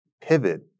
pivot